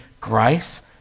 grace